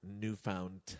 newfound